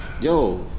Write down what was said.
Yo